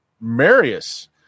Marius